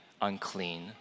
unclean